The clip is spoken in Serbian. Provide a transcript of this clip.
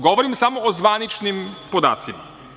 Govorim samo o zvaničnim podacima.